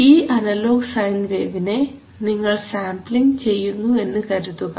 ഈ analog sine വേവിനെ നിങ്ങൾ സാംപ്ലിങ് ചെയ്യുന്നു എന്ന് കരുതുക